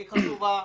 שהיא חשובה.